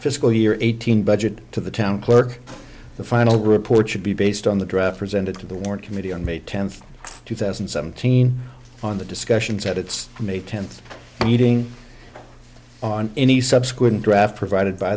fiscal year eighteen budget to the town clerk the final report should be based on the draft presented to the war committee on may tenth two thousand and seventeen on the discussions at its may tenth meeting on any subsequent draft provided by